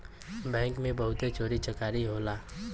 bank में बहुते चोरी चकारी होला